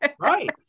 right